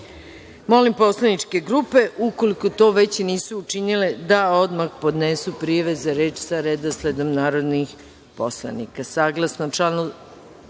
poslaničke grupe ukoliko to već nisu učinile, da odmah podnesu prijave za reč sa redosledom narodnih poslanika. Saglasno